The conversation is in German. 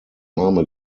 arme